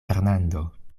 fernando